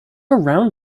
around